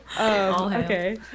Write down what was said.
Okay